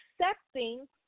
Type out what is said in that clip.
accepting